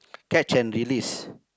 catch and release